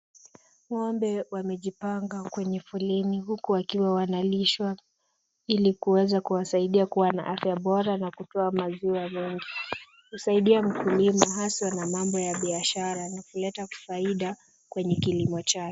Ng'ombe wamejipanga kwenye foleni huku wakiwa wanalishwa ili kuweza kuwasaidia kuwa na afya bora na kutoa maziwa mengi. Husaidia mkulima haswa na mambo ya biashara na kuleta faida kwenye kilimo chake.